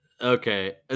Okay